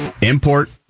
Import